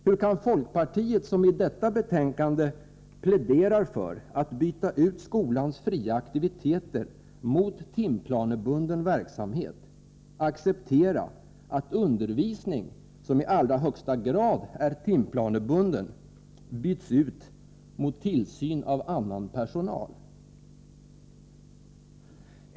Hur kan folkpartiet, som i detta betänkande pläderar för att byta ut skolans fria aktiviteter mot timplanebunden verksamhet, acceptera att undervisning — som i allra högsta grad är timplanebunden — byts ut mot tillsyn av ”annan personal”?